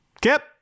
Kip